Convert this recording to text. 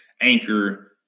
anchor